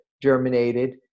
germinated